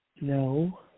No